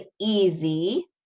easy